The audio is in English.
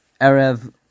erev